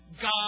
God